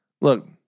Look